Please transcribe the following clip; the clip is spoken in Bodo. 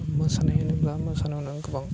मोसानायाव होनोब्ला मोसानायाव गोबां